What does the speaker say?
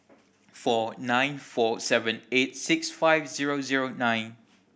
four nine four seven eight six five zero zero nine